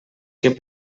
que